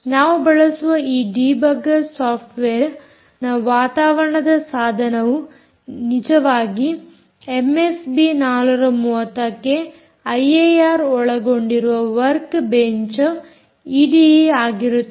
ನಾವು ಬಳಸುವ ಈ ಡಿಬಗ್ಗರ್ ಸಾಫ್ಟ್ವೇರ್ನ ವಾತಾವರಣದ ಸಾಧನವು ನಿಜವಾಗಿ ಎಮ್ಎಸ್ಬಿ 430 ಕ್ಕೆ ಐಏಆರ್ ಒಳಗೊಂಡಿರುವ ವರ್ಕ್ ಬೆಂಚ್ ಐಡಿಈ ಆಗಿರುತ್ತದೆ